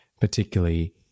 particularly